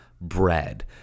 bread